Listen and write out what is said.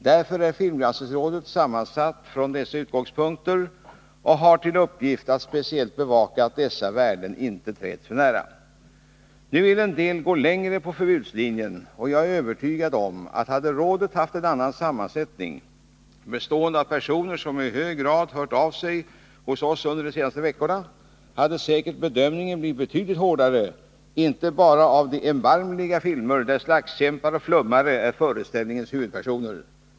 Därför är filmgranskningsrådet sammansatt 135 från dessa utgångspunkter och har till uppgift att speciellt bevaka att dessa värden inte träds för nära. Nu vill en del gå längre på förbudslinjen. Och jag är övertygad om, att hade rådet haft en annan sammansättning — bestående av personer som i så hög grad hört av sig hos oss de senaste veckorna — hade säkert bedömningen blivit betydligt hårdare, inte bara av de erbarmliga filmer där slagskämpar och flummare är föreställningens huvudpersoner.